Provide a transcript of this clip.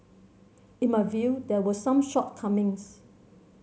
in my view there were some shortcomings